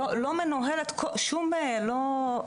לא מנוהלת שום,